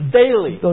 daily